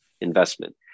investment